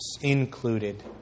Included